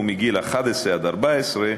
מגיל 11 עד גיל 14,